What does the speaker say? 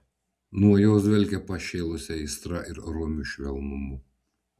nuo jos dvelkė pašėlusia aistra ir romiu švelnumu